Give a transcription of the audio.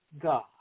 God